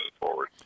forward